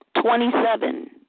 twenty-seven